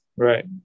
Right